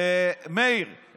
מאיר,